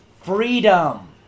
freedom